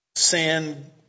Sand